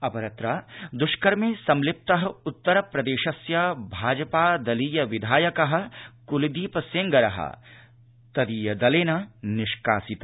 अपरत्र दुष्कर्मे संलिप्त उत्तरप्रदेशस्य भाजपा विधायक कुलदीप सेंगर भाजपादलेन निष्कासित